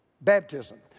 baptism